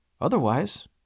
Otherwise